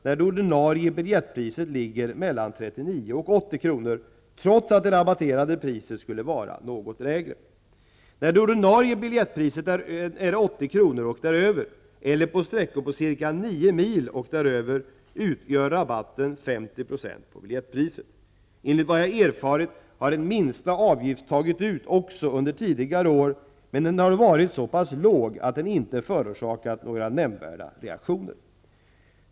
när det ordinarie biljettpriset ligger mellan 39 och 80 kr., trots att det rabatterade priset skulle vara något lägre. När det ordinarie biljetttpriset är 80 kr. och däröver, eller för sträckor på ca 9 mil och däröver, utgör rabatten 50 % på biljettpriset. Enligt vad jag erfarit har en minsta avgift tagits ut också under tidigare år, men den har då varit så pass låg att den inte förorsakat några nämnvärda reaktioner.